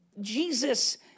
Jesus